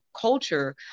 culture